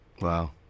Wow